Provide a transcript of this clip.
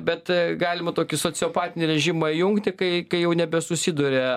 bet galima tokį sociopatinį režimą įjungti kai kai jau nebesusiduria